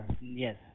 yes